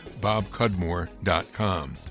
BobCudmore.com